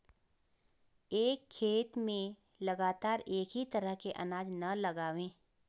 एक खेत में लगातार एक ही तरह के अनाज न लगावें